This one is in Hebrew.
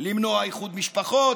למנוע איחוד משפחות,